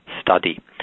study